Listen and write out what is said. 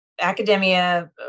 academia